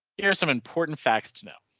here are some important facts to know.